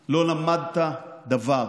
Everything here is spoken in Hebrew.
לא למדת דבר,